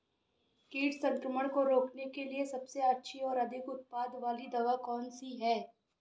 कीट संक्रमण को रोकने के लिए सबसे अच्छी और अधिक उत्पाद वाली दवा कौन सी है?